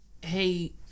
hey